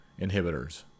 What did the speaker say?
Inhibitors